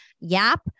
Yap